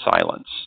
silence